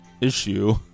issue